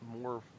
more –